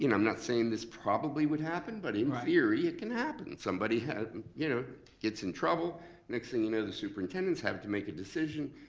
you know i'm not saying this probably would happen but in theory it can happen. somebody you know gets in trouble, next thing you know the superintendent has to make a decision,